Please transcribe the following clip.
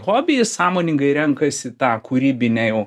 hobį sąmoningai renkasi tą kūrybinę jau